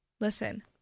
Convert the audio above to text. listen